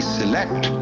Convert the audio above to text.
select